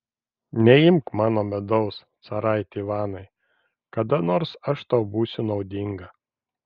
neimk mano medaus caraiti ivanai kada nors aš tau būsiu naudinga